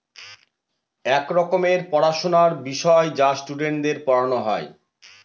এক রকমের পড়াশোনার বিষয় যা স্টুডেন্টদের পড়ানো হয়